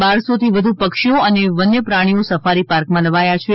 બારસોથી વધુ પક્ષીઓ અને વન્યપ્રાણીઓ સફારી પાર્કમાં લવાયા છે